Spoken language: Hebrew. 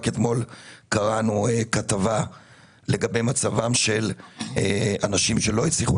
רק אתמול קראנו כתבה לגבי מצבם של אנשים שלא הצליחו